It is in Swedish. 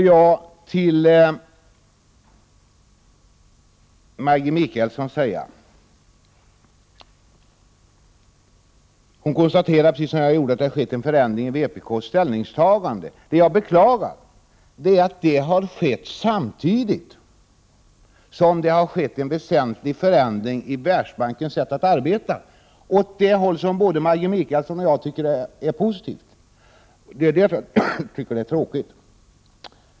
Till Maggi Mikaelsson vill jag säga: Hon konstaterar precis som jag att det har skett en förändring beträffande vpk:s ställningstagande. Det jag beklagar är att det har skett samtidigt med väsentliga förändringar i Världsbankens sätt att arbeta åt det håll som både Maggi Mikaelsson och jag tycker är positivt. Det tycker jag är tråkigt.